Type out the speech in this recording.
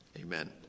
Amen